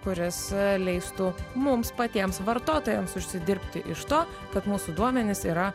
kuris leistų mums patiems vartotojams užsidirbti iš to kad mūsų duomenys yra